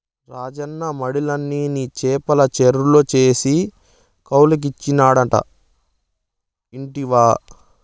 రాజన్న మడిలన్ని నీ చేపల చెర్లు చేసి కౌలుకిచ్చినాడట ఇంటివా